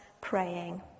praying